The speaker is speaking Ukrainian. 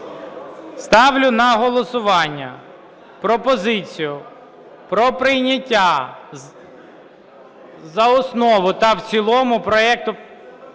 Ставлю на голосування пропозицію про прийняття за основу та в цілому проекту...